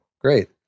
great